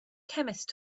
chemist